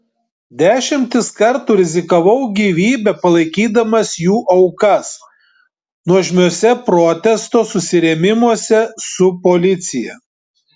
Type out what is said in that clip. dešimtis kartų rizikavau gyvybe palaikydamas jų aukas nuožmiuose protesto susirėmimuose su policija